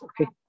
okay